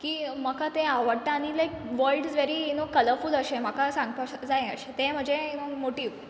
की म्हाका तें आवडटा आनी like world is very you know colourful अशें म्हाका सांगपा श जायें अशें तें म्हजें यू नो मोटीव